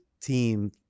team